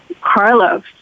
Carlos